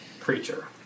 creature